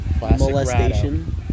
molestation